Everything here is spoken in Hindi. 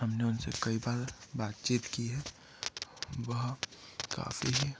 हमने उनसे कई बार बातचीत की है वह काफ़ी